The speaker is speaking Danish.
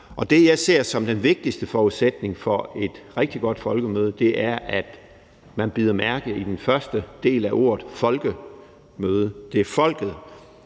Og det, jeg ser som den vigtigste forudsætning for et rigtig godt folkemøde, er, at man bider mærke i den første del af ordet folkemøde, altså at det